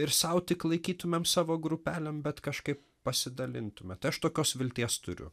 ir sau tik laikytumėm savo grupelėm bet kažkaip pasidalintume tai aš tokios vilties turiu